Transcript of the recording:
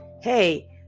hey